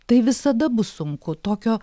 tai visada bus sunku tokio